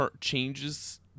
changes